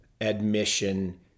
admission